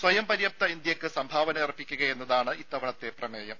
സ്വയം പര്യാപ്ത ഇന്ത്യക്ക് സംഭാവനയർപ്പിക്കുകയെന്നതാണ് ഇത്തവണത്തെ പ്രമേയം